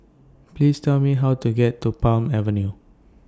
Please Tell Me How to get to Palm Avenue